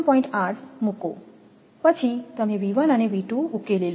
8 મૂકો પછી તમે અને ઉકેલી લો